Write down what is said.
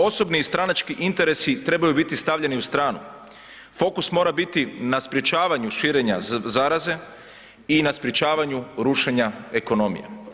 Osobni i stranački interesi trebaju biti stavljeni u stranu, fokus mora biti na sprečavanju širenja zaraze i na sprečavanju rušenja ekonomije.